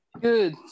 Good